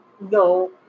No